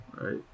Right